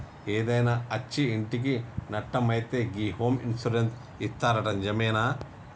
ఏదైనా అచ్చి ఇంటికి నట్టం అయితే గి హోమ్ ఇన్సూరెన్స్ ఇత్తరట నిజమేనా